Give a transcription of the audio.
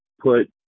put